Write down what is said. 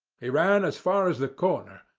he ran as far as the corner,